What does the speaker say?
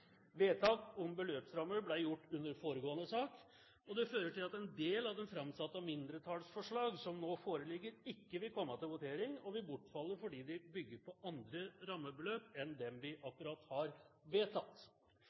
Vedtak om beløpsrammer ble gjort under foregående sak, og det fører til at en del av de framsatte mindretallsforslag som nå foreligger, ikke vil komme til votering og vil bortfalle fordi de bygger på andre rammebeløp enn